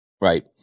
right